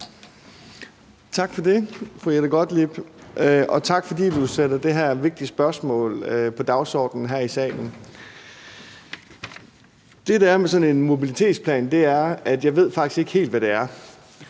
Tak for det, fru Jette Gottlieb, og tak, fordi du sætter det her vigtige spørgsmål på dagsordenen her i salen. Det, der er med sådan en mobilitetsplan, er, at jeg faktisk ikke helt ved, hvad det er.